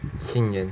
sinyan